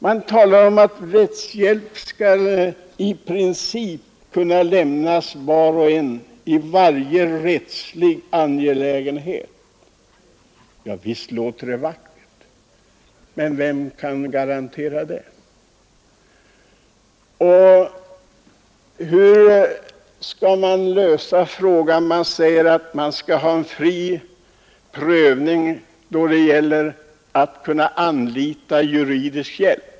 Man talar om att rättshjälp i princip skall kunna lämnas var och en i varje rättslig angelägenhet. Ja, visst låter det vackert. Men vem kan garantera det? Och hur skall man lösa frågan? Man säger att man skall ha en fri prövning då det gäller att anlita juridisk hjälp.